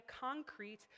concrete